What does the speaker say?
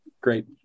great